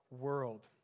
world